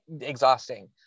exhausting